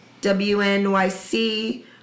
WNYC